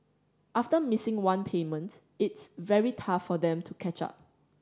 after missing one payment it's very tough for them to catch up